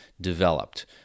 developed